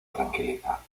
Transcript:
tranquiliza